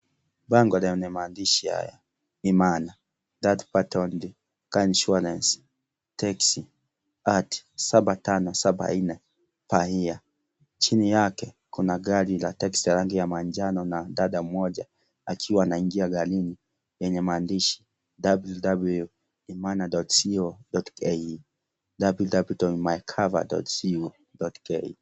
Bango lenye maandishi haya imana third party only car insurance taxi @7574 per year chini yake kuna gari la taxi la rangi ya njano na dada mmoja akiwa anaingia garini yenye maandishi ww.imana.co.ke ww.mykava.co.ke.